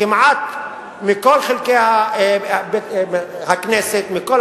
כמעט מכל חלקי הכנסת, מכל